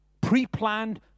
pre-planned